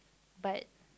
but